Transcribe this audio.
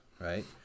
right